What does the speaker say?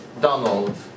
Donald